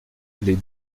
les